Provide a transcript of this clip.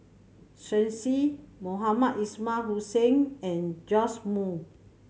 Shen Xi Mohamed Ismail Hussain and Joash Moo